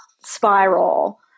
spiral